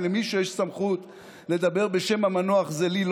אם למישהו סמכות לדבר בשם המנוח זה לי,